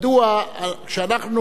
מדוע כשאנחנו